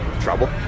trouble